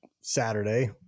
saturday